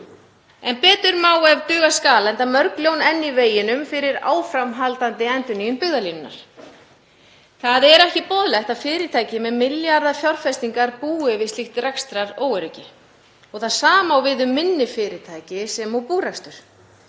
En betur má ef duga skal enda mörg ljón í veginum fyrir áframhaldandi endurnýjun byggðalínunnar. Það er ekki boðlegt að fyrirtæki með milljarða fjárfestingar búi við slíkt rekstraróöryggi og það sama á við um minni fyrirtæki sem og búrekstur.